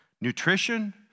nutrition